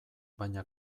baina